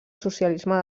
socialisme